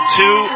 two